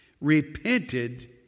repented